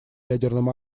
ядерным